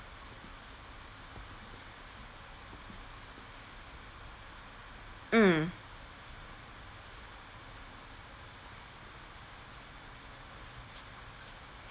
mm